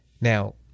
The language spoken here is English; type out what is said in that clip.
now